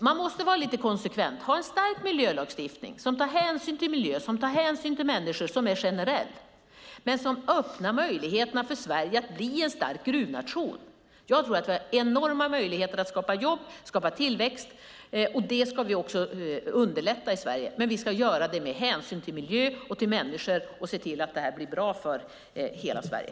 Man måste vara konsekvent och ha en stark och generell miljölagstiftning som tar hänsyn till miljö och människor och öppnar möjligheter för Sverige att bli en stark gruvnation. Jag tror att vi har enorma möjligheter att skapa jobb och tillväxt. Det ska vi också underlätta för i Sverige, men vi ska göra det med hänsyn till miljö och människor och se till att detta blir bra för hela Sverige.